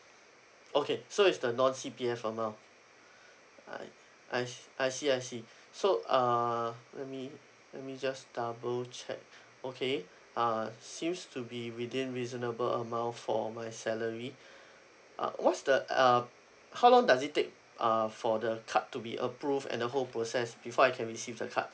okay so is the non-C_P_F amount I I see I see I see so uh let me let me just double check okay uh seems to be within reasonable amount for my salary uh what's the um how long does it take uh for the card to be approved and the whole process before I can receive the card